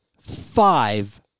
five